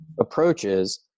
approaches